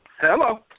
Hello